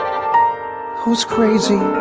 who's crazy,